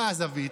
מה הזווית?